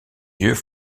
yeux